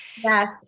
Yes